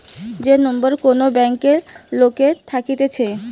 যে নম্বর কোন ব্যাংকে লোকের থাকতেছে